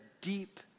deep